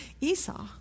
Esau